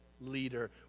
leader